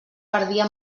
perdia